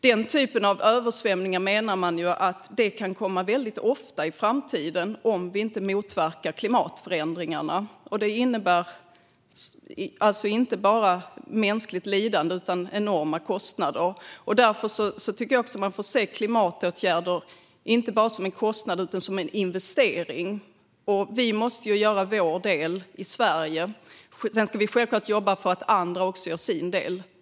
Den typen av översvämningar menar man kan komma ofta i framtiden om vi inte motverkar klimatförändringarna. Det innebär alltså inte bara mänskligt lidande utan även enorma kostnader. Därför tycker jag att man får se klimatåtgärder som inte bara en kostnad utan också som en investering. Vi måste göra vår del i Sverige och ska självklart också jobba för att andra gör sina delar.